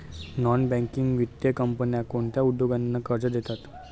Non banking वित्तीय कंपन्या कोणत्या उद्योगांना कर्ज देतात?